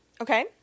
okay